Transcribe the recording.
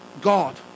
God